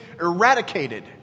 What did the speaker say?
eradicated